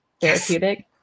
therapeutic